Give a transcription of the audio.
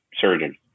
surgeon